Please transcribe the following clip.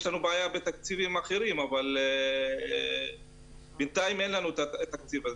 לנו בעיה בתקציבים אחרים אבל בינתיים אין לנו את התקציב הזה.